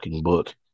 book